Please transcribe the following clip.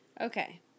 okay